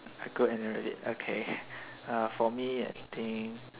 I go in already okay uh for me I think